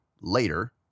later